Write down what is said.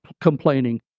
complaining